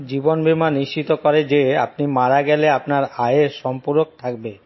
জীবন বীমা নিশ্চিত করে যে আপনি মারা গেলে আপনার আয়ের সম্পূরক থাকবে